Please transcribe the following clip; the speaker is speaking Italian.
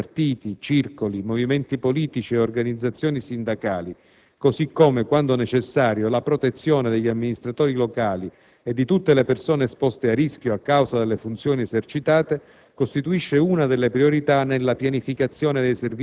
Preciso, al riguardo, che la vigilanza delle sedi di partiti, circoli, movimenti politici e organizzazioni sindacali, così come, quando necessario, la protezione degli amministratori locali e di tutte le persone esposte a rischio a causa delle funzioni esercitate,